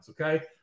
Okay